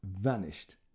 vanished